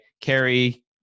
Carrie